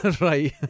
right